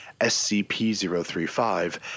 SCP-035